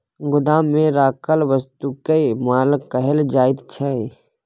गोदाममे राखल वस्तुकेँ माल कहल जाइत छै